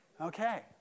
Okay